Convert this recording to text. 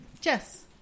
Jess